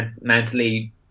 mentally